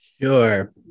Sure